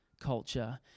culture